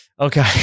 Okay